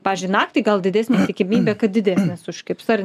pavyzdžiui naktį gal didesnė tikimybė kad didesnis užkibs ar